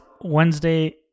Wednesday